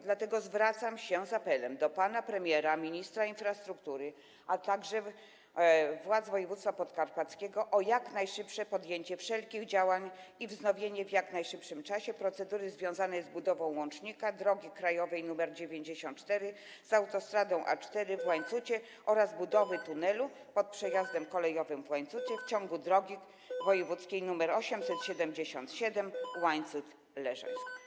Dlatego zwracam się z apelem do pana premiera, ministra infrastruktury, a także władz województwa podkarpackiego o jak najszybsze podjęcie wszelkich działań i wznowienie w jak najszybszym czasie procedury związanej z budową łącznika drogi krajowej nr 94 z autostradą A4 w Łańcucie oraz budowę tunelu pod przejazdem kolejowym w Łańcucie w ciągu drogi wojewódzkiej nr 877 Łańcut - Leżajsk.